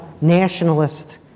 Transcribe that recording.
nationalist